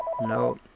No